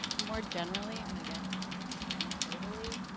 more generally and i guess anecdotally,